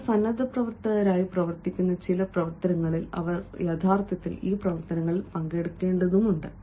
നിങ്ങൾ സന്നദ്ധപ്രവർത്തകരായി പ്രവർത്തിക്കുന്ന ചില പ്രവർത്തനങ്ങളിൽ അവർ യഥാർത്ഥത്തിൽ ഈ പ്രവർത്തനങ്ങളിൽ പങ്കെടുക്കേണ്ടതുണ്ട്